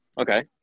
Okay